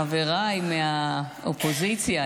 חבריי מהאופוזיציה,